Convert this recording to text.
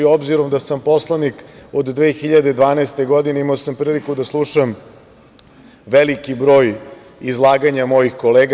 Obzirom da sam poslanik od 2012. godine imao sam priliku da slušam veliki broj izlaganja mojih kolega.